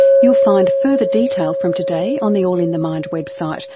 you'll find further detail from today on the all in the mind website,